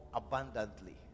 abundantly